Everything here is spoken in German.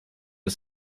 ist